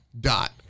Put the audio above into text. Dot